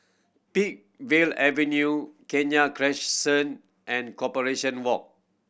Peakville Avenue Kenya Crescent and Corporation Walk